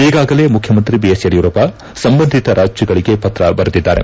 ಈಗಾಗಲೇ ಮುಖ್ಯಮಂತ್ರಿ ವಿಎಸ್ ಯಡಿಯೂರಪ್ಪ ಸಂಬಂಧಿತ ರಾಜ್ಯಗಳಿಗೆ ಪತ್ರ ಬರೆದಿದ್ದಾರೆ